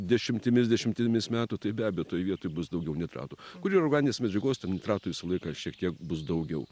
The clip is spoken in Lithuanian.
dešimtimis dešimtimis metų tai be abejo toj vietoj bus daugiau nitratų kurie yra organinės medžiagos ten nitratų visą laiką šiek tiek bus daugiau